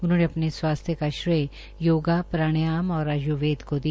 उन्होंने अपने स्वास्थ्य का श्रेय योगा प्राणायाम और आय्र्वेद को दिया